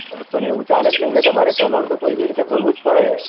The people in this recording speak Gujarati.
અરે પણ એવું ચાલે જ નહીંને તમારે ચલણ તો કોઈ બી રીતે ભરવું જ પડે